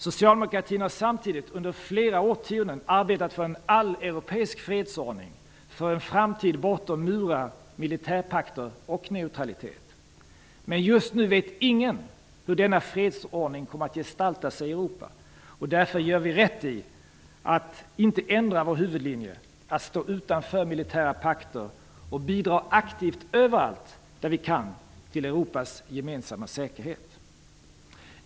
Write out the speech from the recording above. Socialdemokratin har samtidigt under flera årtionden arbetat för en alleuropeisk fredsordning, för en framtid bortom murar, militärpakter och neutralitet. Men just nu vet ingen hur denna fredsordning kommer att gestalta sig i Europa. Därför gör vi rätt i att inte ändra vår huvudlinje: att stå utanför militära pakter och bidra aktivt överallt där vi kan det till Europas gemensamma säkerhet.